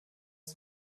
ist